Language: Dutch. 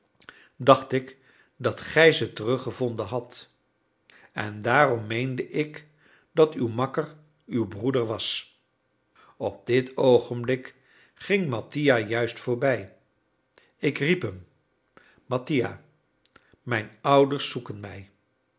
dacht ik dat gij ze teruggevonden hadt en daarom meende ik dat uw makker uw broeder was op dit oogenblik ging mattia juist voorbij ik riep hem mattia mijne ouders zoeken mij